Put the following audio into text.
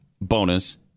bonus